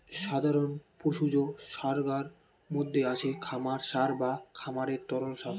সাধারণ পশুজ সারগার মধ্যে আছে খামার সার বা খামারের তরল সার